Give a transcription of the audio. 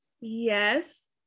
Yes